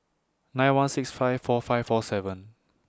nine one six five four five four seven